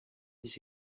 his